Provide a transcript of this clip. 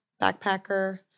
backpacker